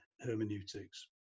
hermeneutics